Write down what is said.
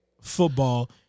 football